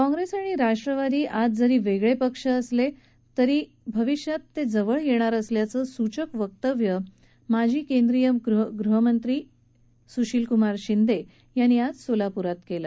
काँग्रेस आणि राष्ट्रवादी आज जरी वेगळे पक्ष असले तरी भविष्यात जवळ येणार आहेत असं सूचक वक्तव्य माजी केंद्रीय ग़हमंत्री सूशीलक्मार शिंदे यांनी सोलाप्रात केलं